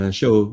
show